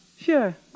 Sure